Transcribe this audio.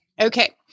Okay